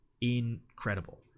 incredible